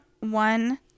one